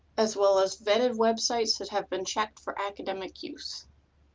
as well as vetted websites that have been checked for academic use.